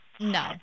No